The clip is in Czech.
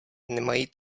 nemají